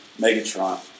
Megatron